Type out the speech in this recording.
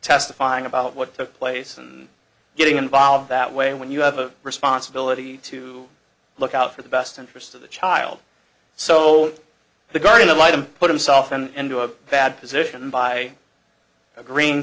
testifying about what took place and getting involved that way when you have a responsibility to look out for the best interest of the child so the guardian ad litem put himself and to a bad position by agreeing